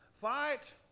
Fight